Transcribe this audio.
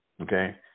okay